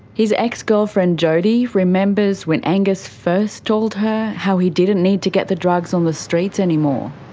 his ex-girlfriend jodie remembers when angus first told her how he didn't need to get the drugs on the streets anymore.